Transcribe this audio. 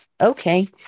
Okay